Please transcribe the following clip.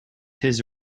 his